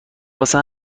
واسه